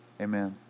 Amen